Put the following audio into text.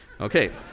Okay